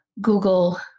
Google